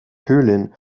höhlen